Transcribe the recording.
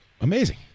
amazing